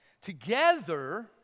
Together